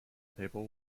table